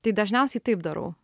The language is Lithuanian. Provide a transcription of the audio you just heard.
tai dažniausiai taip darau